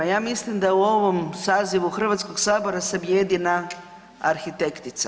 Ja mislim da u ovom sazivu Hrvatskog sabora sam jedina arhitektica.